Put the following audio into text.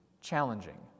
challenging